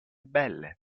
belle